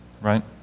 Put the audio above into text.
right